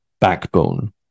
backbone